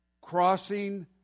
crossing